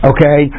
Okay